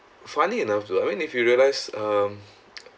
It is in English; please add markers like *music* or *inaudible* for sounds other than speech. funny enough though I mean if you realise um *noise*